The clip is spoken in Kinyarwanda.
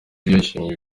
yashimiye